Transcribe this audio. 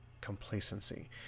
complacency